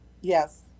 Yes